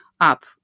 up